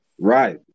Right